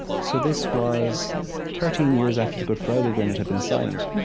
so this was thirteen years after the good friday agreement had been signed.